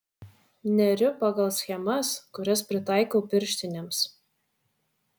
neriu pagal schemas kurias pritaikau pirštinėms